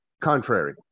contrary